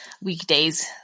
weekdays